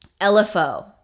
LFO